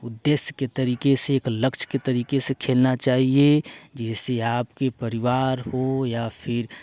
उद्देश्य के तरीके से एक लक्ष्य के तरीके से खेलना चाहिए जैसे आपके परिवार हो या फिर